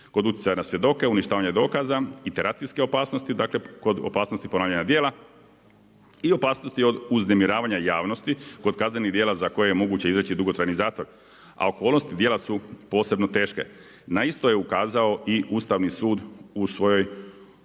kod utjecaja na svjedoke, uništavanje dokaza, interakcijske opasnosti. Dakle, kod opasnosti ponavljanja djela i opasnosti od uznemiravanja javnosti kod kaznenih djela za koje je moguće izreći dugotrajni zatvor. A okolnosti djela su posebno teške. Na isto je ukazao i Ustavni sud u svojoj